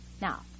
Now